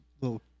little